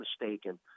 mistaken